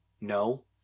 no